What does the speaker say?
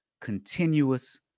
continuous